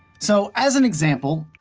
so, as an example,